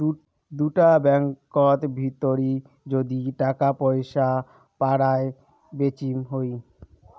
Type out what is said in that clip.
দুটা ব্যাঙ্কত ভিতরি যদি টাকা পয়সা পারায় বেচিম হই